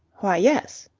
why, yes.